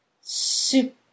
soup